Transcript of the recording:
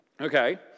okay